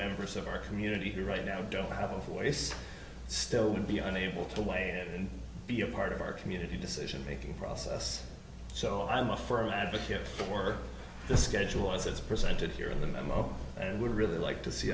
members of our community here right now don't have a forest still be unable to weigh and be a part of our community decision making process so i'm a for an advocate for the schedule as it's presented here in the memo and would really like to see